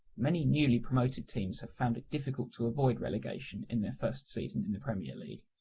many newly promoted teams have found it difficult to avoid relegation in their first season in the premier league.